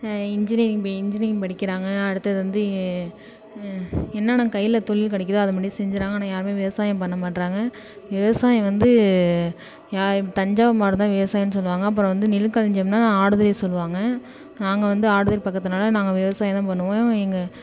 engineering பே engineering படிக்கிறாங்க அடுத்தது வந்து ஏ என்னான்ன கையில் தொழில் கிடைக்கிதோ அதை முன்னாடி செஞ்சிடுறாங்க ஆனால் யாருமே விவசாயம் பண்ணமாட்டுறாங்க விவசாயம் வந்து யாரும் தஞ்சாவூர் மாவட்டம்தான் விவசாயன்னு சொல்லுவாங்க அப்புறம் வந்து நெல்லுக்களஞ்சியம்ன்னா ஆடுதுறை சொல்லுவாங்க நாங்கள் வந்து ஆடுதுறை பக்கத்தில்லாம் நாங்கள் விவசாயம்தான் பண்ணுவோம் எங்கள்